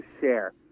share